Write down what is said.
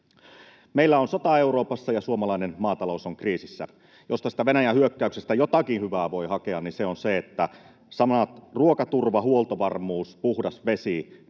Meillä on sota Euroopassa, ja suomalainen maatalous on kriisissä. Jos tästä Venäjän hyökkäyksestä jotakin hyvää voi hakea, niin se on se, että sanat ”ruokaturva”, ”huoltovarmuus” ja ”puhdas vesi”